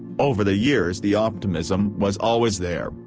over the years the optimism was always there,